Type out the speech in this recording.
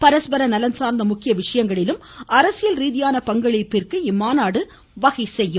பரஸ்பர நலன் சார்ந்த முக்கிய விஷயங்களிலும் அரசியல் ரீதியான பங்களிப்பிற்கு இம்மாநாடு வகை செய்கிறது